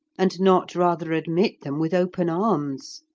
and not rather admit them with open arms.